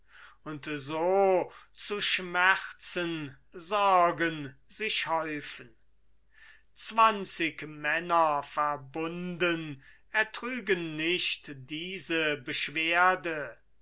und so zu schmerzen sorgen sich häufen zwanzig männer verbunden ertrügen nicht diese beschwerde